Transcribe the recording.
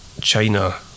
China